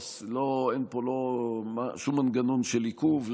ואין פה שום מנגנון של עיכוב,